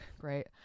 Great